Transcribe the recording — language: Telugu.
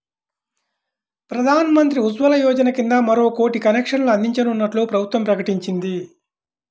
ప్రధాన్ మంత్రి ఉజ్వల యోజన కింద మరో కోటి కనెక్షన్లు అందించనున్నట్లు ప్రభుత్వం ప్రకటించింది